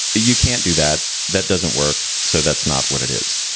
you can't do that. that doesn't work. so that's not what it is.